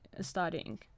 studying